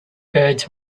birds